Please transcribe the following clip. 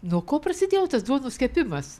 nuo ko prasidėjo tas duonos kepimas